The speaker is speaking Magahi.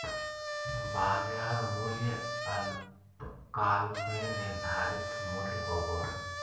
बाजार मूल्य अल्पकाल में निर्धारित मूल्य होबो हइ